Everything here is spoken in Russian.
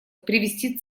привести